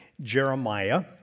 Jeremiah